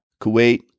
Kuwait